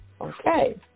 Okay